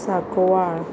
साकवाळ